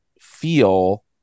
feel